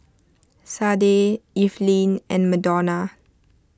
Sade Evelyn and Madonna